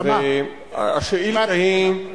והשאילתא היא: